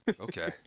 Okay